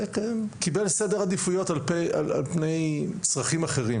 זה כן קיבל סדר עדיפויות על פה על פני צרכים אחרים,